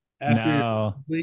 No